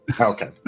Okay